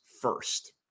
first